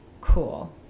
cool